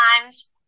times